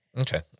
Okay